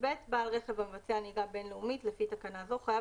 (יב) בעל רכב המבצע נהיגה בין לאומית לפי תקנה זו חייב